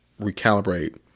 recalibrate